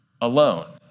alone